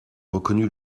reconnu